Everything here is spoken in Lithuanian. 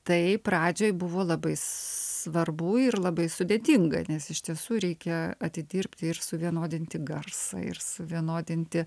tai pradžioj buvo labai svarbu ir labai sudėtinga nes iš tiesų reikia atidirbti ir suvienodinti garsą ir suvienodinti